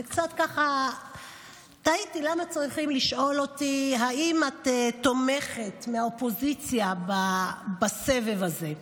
וקצת תהיתי: למה צריכים לשאול אותי אם אני תומכת מהאופוזיציה בסבב הזה?